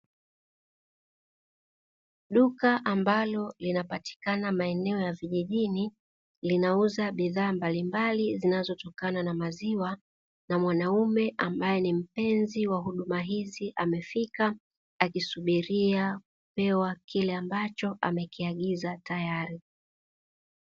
Duka ambalo linapatikana maeneo ya vijijini linauza bidhaa mbalimbali zinazotokana na maziwa, na mwanaume ambaye ni mpenzi wa huduma hizi amefika akisubiria kupewa kile ambacho amekiagiza tayari.